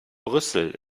brüssel